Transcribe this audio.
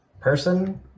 person